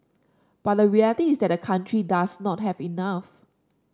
but the reality is that the country does not have enough